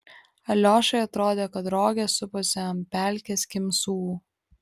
aliošai atrodė kad rogės suposi ant pelkės kimsų